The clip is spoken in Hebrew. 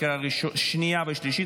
לקריאה שנייה ושלישית.